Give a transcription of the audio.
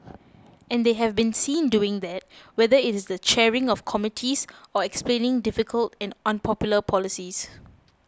and they have been seen doing that whether it is the chairing of committees or explaining difficult and unpopular policies